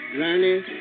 learning